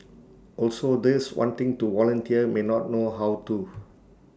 also those wanting to volunteer may not know how to